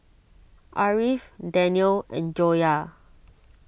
Ariff Danial and Joyah